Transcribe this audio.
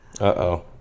Uh-oh